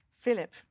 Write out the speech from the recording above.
Philip